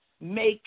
make